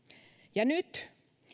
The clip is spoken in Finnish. ja nyt